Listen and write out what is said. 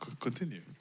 Continue